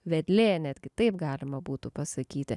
vedlė netgi taip galima būtų pasakyti